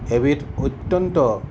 এবিধ অত্যন্ত